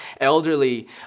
elderly